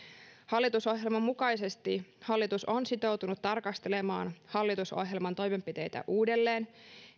hallitusohjelman mukaisesti hallitus on sitoutunut tarkastelemaan hallitusohjelman toimenpiteitä uudelleen